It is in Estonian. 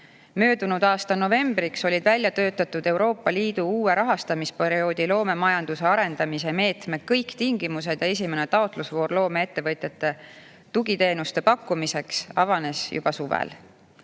Möödunud aasta novembriks olid välja töötatud Euroopa Liidu uue rahastamisperioodi loomemajanduse arendamise meetme kõik tingimused ja esimene taotlusvoor loomeettevõtjatele tugiteenuste pakkumiseks avanes juba